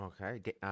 Okay